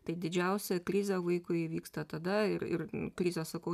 tai didžiausia krizė vaikui įvyksta tada ir ir krizė sakau